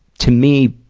to me,